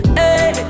hey